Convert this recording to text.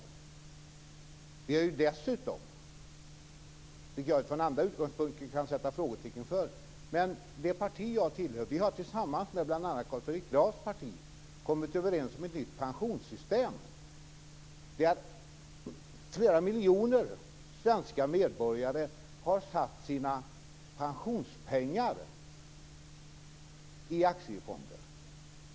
Det parti som jag tillhör har dessutom, vilket jag från andra utgångspunkter kan sätta frågetecken för, tillsammans med bl.a. Carl Fredrik Grafs parti kommit överens om ett nytt pensionssystem. Flera miljoner svenska medborgare har satt sina pensionspengar i aktiefonder.